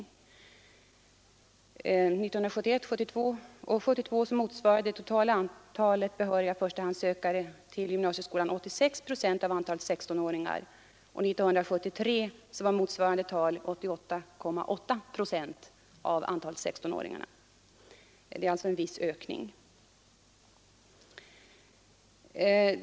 1971 och 1972 motsvarade det totala antalet behöriga förstahandssökande till gymnasieskolan 86 procent av antalet 16-åringar. År 1973 var motsvarande tal 88,8 procent — det är alltså en ökning.